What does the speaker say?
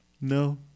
No